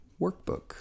workbook